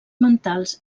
mentals